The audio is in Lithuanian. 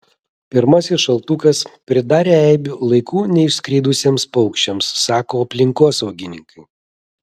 pirmasis šaltukas pridarė eibių laiku neišskridusiems paukščiams sako aplinkosaugininkai